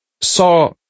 saw